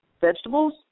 vegetables